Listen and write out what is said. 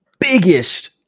biggest